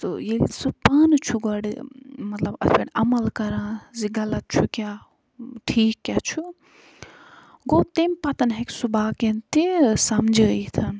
تہٕ ییٚلہِ سُہ پانہٕ چھُ گۄڈٕ مطلب اَتھ پٮ۪ٹھ عمل کران زِ غلط چھُ کیٛاہ ٹھیٖک کیٛاہ چھُ گوٚو تَمہِ پتہٕ ہٮ۪کہِ سُہ باقِیَن تہِ سَمجٲیِتھ